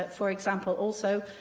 but for example also,